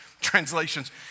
translations